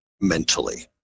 mentally